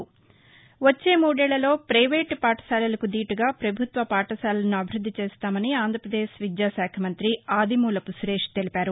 ముఖ్యమంతి వచ్చే మూదేళ్ళలో పైవేటు పాఠశాలలకు దీటుగా పభుత్వ పాఠశాలలను అభివృద్ది చేస్తామని ఆంధ్రాపదేశ్ విద్యాశాఖ మంతి ఆదిమూలపు సురేష్ తెలిపారు